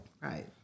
Right